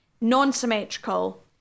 non-symmetrical